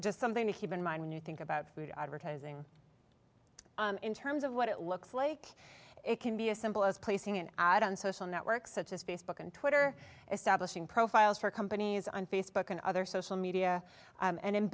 just something to keep in mind when you think about food advertising in terms of what it looks like it can be as simple as placing an ad on social networks such as facebook and twitter establishing profiles for companies on facebook and other social media and